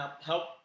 help